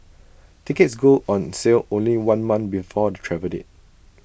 tickets go on sale only one month before the travel date